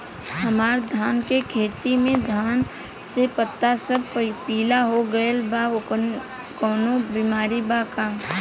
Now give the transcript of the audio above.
हमर धान के खेती में धान के पता सब पीला हो गेल बा कवनों बिमारी बा का?